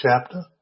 chapter